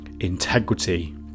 integrity